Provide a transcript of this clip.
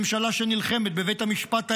ממשלה שנלחמת בבית המשפט העליון,